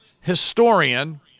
historian